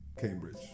Cambridge